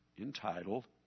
entitled